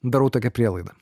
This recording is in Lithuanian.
darau tokią prielaidą